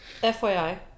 FYI